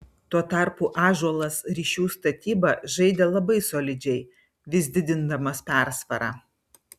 tuo tarpu ąžuolas ryšių statyba žaidė labai solidžiai vis didindamas persvarą